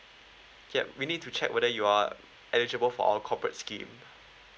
yup we need to check whether you are eligible for our corporate scheme